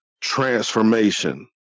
transformation